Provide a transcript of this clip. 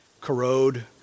corrode